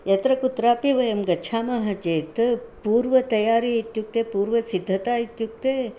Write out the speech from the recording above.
यत्र कुत्रापि वयं गच्छामः चेत् पूर्वतयारि इत्युक्ते पूर्वसिद्धता इत्युक्ते